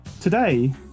today